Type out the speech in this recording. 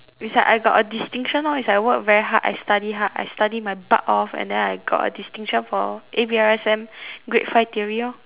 is like I got a distinction lor is I work very hard I study hard I study my butt off and then I got a distinction for A_B_R_S_M grade five theory lor